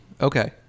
okay